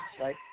right